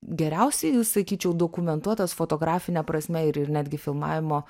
geriausiai sakyčiau dokumentuotas fotografine prasme ir ir netgi filmavimo